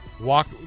walk